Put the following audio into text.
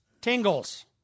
tingles